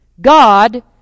God